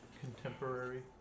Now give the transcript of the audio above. contemporary